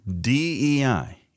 DEI